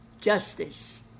justice